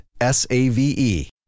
S-A-V-E